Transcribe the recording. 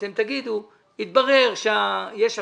ואתם תאמרו שהתברר שיש הפחתה,